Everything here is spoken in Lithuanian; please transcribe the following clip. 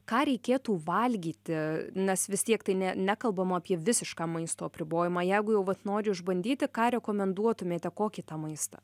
ką reikėtų valgyti nes vis tiek tai ne nekalbam apie visišką maisto apribojimą jeigu jau vat noriu išbandyti ką rekomenduotumėte kokį tą maistą